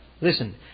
Listen